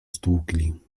stłukli